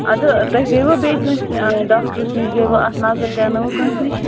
اَدٕ تُہۍ گٔے وُ بیٚیہِ کٲنٛسہِ ڈاکٹرٛس نِش گٔے وُ اَتھ نظر دینٲوُ کٲنٛسہِ نِش